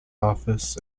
office